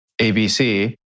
ABC